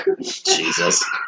Jesus